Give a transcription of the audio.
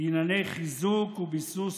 לענייני חיזוק וביסוס הטרלול